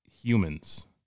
humans